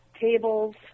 tables